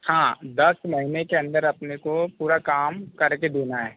हाँ दस महीने के अंदर अपने को पूरा काम करके देना है